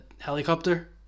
Helicopter